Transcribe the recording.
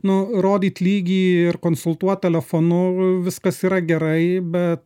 nu rodyt lygį ir konsultuot telefonu viskas yra gerai bet